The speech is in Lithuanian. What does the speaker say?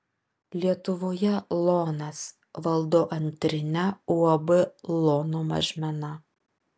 lietuvoje lonas valdo antrinę uab lono mažmena